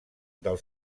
del